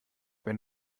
wenn